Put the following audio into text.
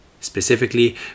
Specifically